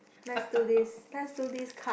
let's do this let's do this card